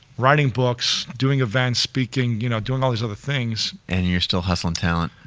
writing books, doing events, speaking, you know, doing all these other things. and you're still hustling talent?